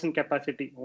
capacity